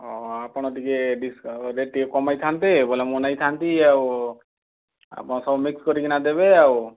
ହଉ ଆପଣ ଟିକିଏ ଡିସ ରେଟ୍ ଟିକିଏ କମେଇଥାନ୍ତେ ବୋଲେ ମୁଁ ନେଇଥାନ୍ତି ଆଉ ଆପଣ ସବୁ ମିକ୍ସ କରିକିନା ଦେବେ ଆଉ